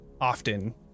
often